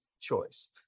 choice